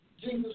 Jesus